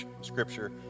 Scripture